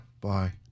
Bye